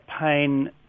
pain